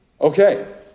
Okay